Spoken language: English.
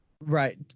Right